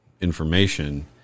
information